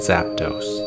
Zapdos